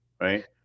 right